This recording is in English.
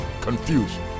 confusion